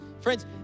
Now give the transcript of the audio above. Friends